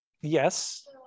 Yes